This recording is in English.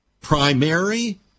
primary